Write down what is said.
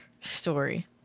story